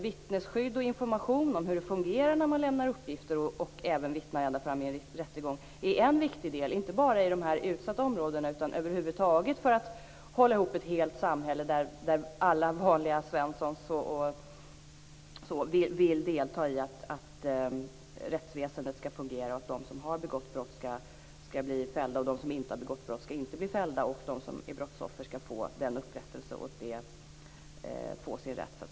Vittnesskydd och information om hur det fungerar när man lämnar uppgifter och vittnar i en rättegång är viktigt inte bara i de utsatta områdena utan över huvud taget för att hålla ihop ett samhälle där vanliga svenssöner vill bidra till att rättsväsendet skall fungera, till att de som har begått brott skall bli fällda, till att de som inte har begått inte skall bli fällda och till att brottsoffer skall få sin rätt.